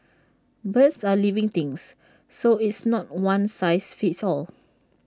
birds are living things so it's not one size fits all